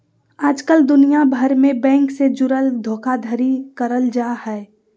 आजकल दुनिया भर मे बैंक से जुड़ल धोखाधड़ी करल जा हय